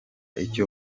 icyo